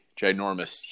ginormous